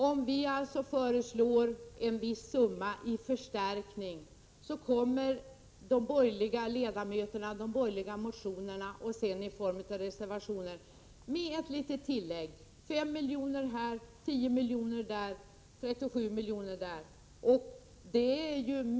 Om vi föreslår en viss summa i förstärkning, kommer de borgerliga ledamöterna i motioner och reservationer med förslag om ett litet tillägg, 5 milj.kr., 10 milj.kr., 37 milj.kr. här eller där.